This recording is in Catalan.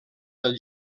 del